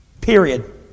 Period